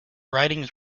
writings